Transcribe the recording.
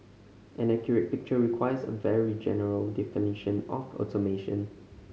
an accurate picture requires a very general definition of automation